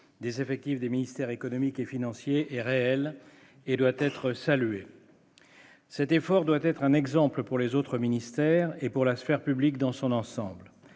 des effectifs des ministères économiques et financiers est réel et doit être salué cet effort doit être un exemple pour les autres ministères et pour la sphère publique dans son ensemble,